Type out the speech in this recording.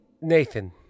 Nathan